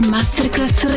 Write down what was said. Masterclass